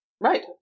Right